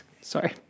Sorry